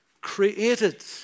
created